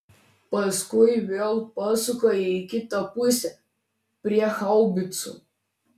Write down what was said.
paskui vėl pasuka į kitą pusę prie haubicų